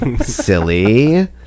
Silly